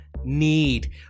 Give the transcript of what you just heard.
need